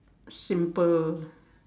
simple